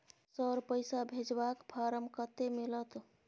Sir, पैसा भेजबाक form कत्ते मिलत?